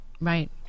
right